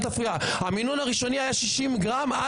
אל תפריע המינון הראשוני היה 60 גרם.